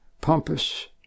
pompous